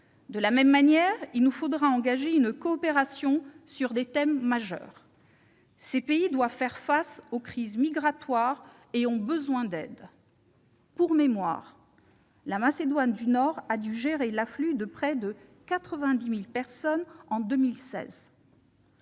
De la même manière, il nous faudra engager une coopération sur des thèmes majeurs. Ces pays doivent faire face aux crises migratoires et ont besoin d'aide. Pour mémoire, la Macédoine du Nord a dû gérer l'afflux de près de 90 000 personnes en 2016.